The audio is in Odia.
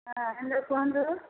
ହାଁ ହେଲୋ କୁହନ୍ତୁ